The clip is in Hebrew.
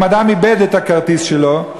אם אדם איבד את הכרטיס שלו,